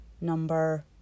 number